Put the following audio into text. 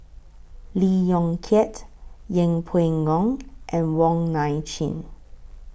Lee Yong Kiat Yeng Pway Ngon and Wong Nai Chin